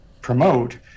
promote